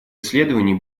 исследований